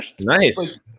Nice